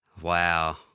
Wow